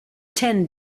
ten